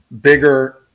bigger